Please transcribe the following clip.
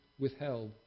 withheld